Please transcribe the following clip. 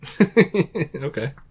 Okay